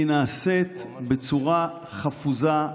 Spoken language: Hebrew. היא נעשית בצורה חפוזה,